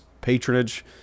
patronage